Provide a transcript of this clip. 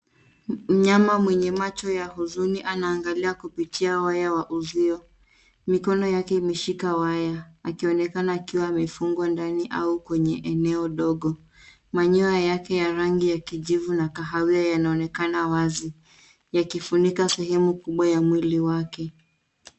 Mnyama mwenye macho ya huzuni anaangalia kupitia waya wa uzio. Mikono yake imeshika waya akionekana akiwa amefungwa ndani au kwenye eneo dogo. Manyoya yake ya rangi ya kijivu na kahawia yanaonekana wazi yakifunika sehemu kubwa ya mwili wake.